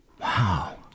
Wow